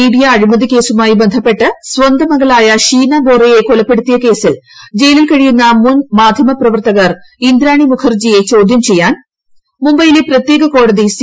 media അഴിമതി കേസുമായി ബന്ധപ്പെട്ട് സ്വന്തം മകളായ് ഷീന ബോറയെ ക്രൊലപ്പെടുത്തിയ കേസിൽ ജയിലിൽ കഴിയുന്ന മുൻ മാധ്യമ പ്രിവർത്തക ഇന്ദ്രാണി മുഖർജിയെ ചോദ്യം മുബൈയിലെ് പ്രത്യേകകോടതി സി